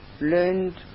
learned